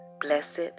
Blessed